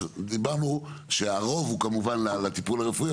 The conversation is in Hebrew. אז דיברנו שהרוב הוא כמובן לטיפול הרפואי ,